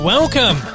Welcome